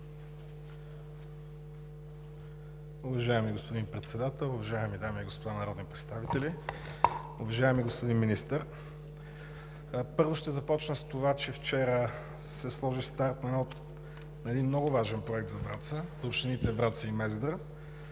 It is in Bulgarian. Уважаеми господин Председател, уважаеми дами и господа народни представители! Уважаеми господин Министър, първо ще започна с това, че вчера се сложи старт на един много важен проект за общините Враца и Мездра